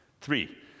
Three